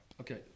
Okay